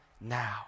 now